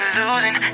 losing